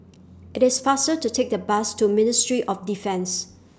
IT IS faster to Take The Bus to Ministry of Defence